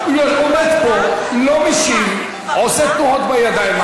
הוא עומד פה, לא משיב, עושה תנועות בידיים.